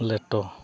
ᱞᱮᱴᱚ